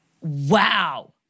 Wow